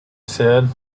said